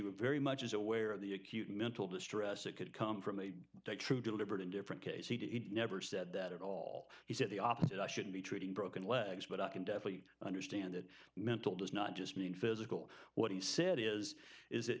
very much as aware of the acute mental distress that could come from a true deliberate and different case he never said that at all he said the opposite i should be treating broken legs but i can definitely understand that mental does not just mean physical what he said is is